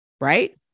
right